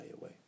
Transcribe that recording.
away